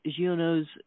Giono's